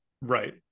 Right